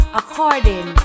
according